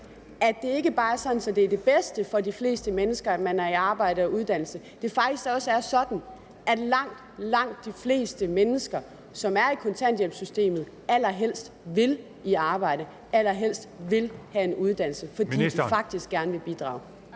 at det ikke bare er sådan, at det er det bedste for de fleste mennesker, at man er i arbejde og uddannelse, men at det faktisk også er sådan, at langt, langt de fleste mennesker, som er i kontanthjælpssystemet, allerhelst vil i arbejde, allerhelst vil have en uddannelse, fordi de faktisk gerne vil bidrage.